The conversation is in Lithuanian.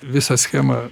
visa schema